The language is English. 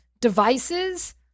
devices